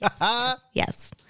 yes